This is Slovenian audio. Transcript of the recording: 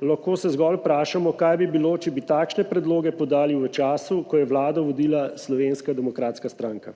Lahko se zgolj vprašamo, kaj bi bilo, če bi takšne predloge podali v času, ko je vlado vodila Slovenska demokratska stranka.